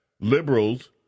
liberals